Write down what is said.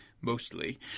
mostly